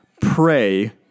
pray